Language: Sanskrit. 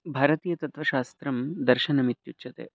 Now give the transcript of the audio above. भारतीयतत्त्वशास्त्रं दर्शनम् इत्युच्यते